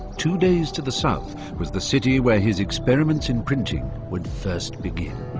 two days to the south was the city where his experiments in printing would first begin.